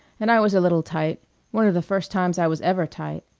and i was a little tight one of the first times i was ever tight,